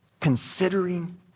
considering